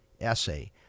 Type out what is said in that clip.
essay